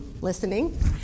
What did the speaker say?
listening